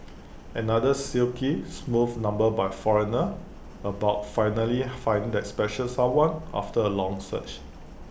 another silky smooth number by foreigner about finally finding that special someone after A long search